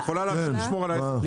היא יכולה לשמור על העסק שלה.